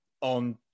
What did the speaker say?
on